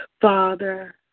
Father